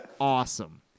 awesome